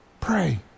Pray